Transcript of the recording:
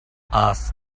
ask